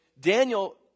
Daniel